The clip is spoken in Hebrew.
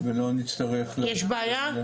יש בעיה?